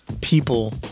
people